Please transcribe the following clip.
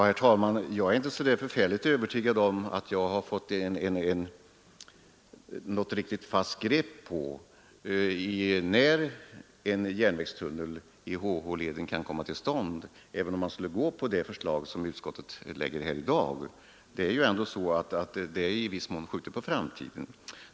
Herr talman! Jag är inte så förfärligt övertygad om att jag har fått något riktigt fast grepp på när en järnvägstunnel i HH-leden kan komma till stånd, även om man skulle gå på det förslag utskottet lägger fram i dag. I viss mån är ju det projektet ändå skjutet på framtiden.